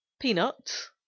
peanuts